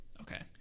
okay